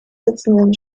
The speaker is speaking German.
sitzenden